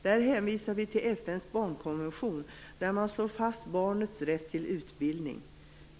Där hänvisar vi till FN:s barnkonvention, där man slår fast barnets rätt till utbildning.